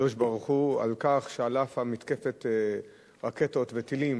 לקדוש-ברוך-הוא על כך שעל אף מתקפת הרקטות והטילים